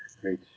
great